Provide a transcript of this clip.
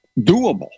doable